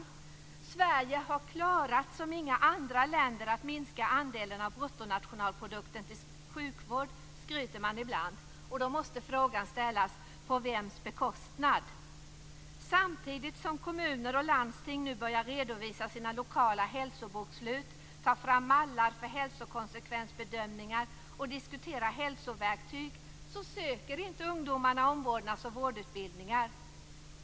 Man skryter ibland med att Sverige, som inga andra länder, har klarat av att minska andelen av bruttonationalprodukten till sjukvård. Då måste frågan ställas: På vems bekostnad? Samtidigt som kommuner och landsting nu börjar redovisa sina lokala hälsobokslut, ta fram mallar för hälsokonsekvensbedömningar och diskutera hälsoverktyg söker inte ungdomarna omvårdnadsoch vårdutbildningar.